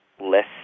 less